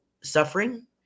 suffering